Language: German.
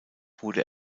wurde